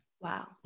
Wow